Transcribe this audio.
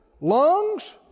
lungs